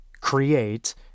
create